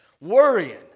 worrying